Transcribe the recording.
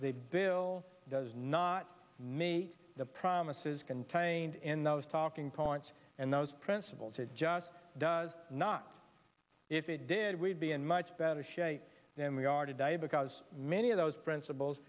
the bill does not meet the promises contained in those talking points and those principles it just does not if it did we'd be in much better shape than we are today because many of those princip